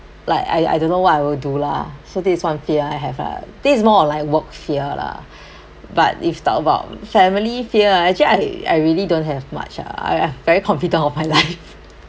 like I I don't know what I will do lah so this is one I have ah this is more of like work fear lah but if talk about family fear ah actually I I really don't have much ah I am very confident of my life